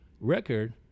record